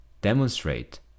demonstrate